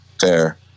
fair